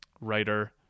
writer